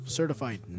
certified